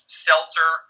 seltzer